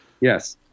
Yes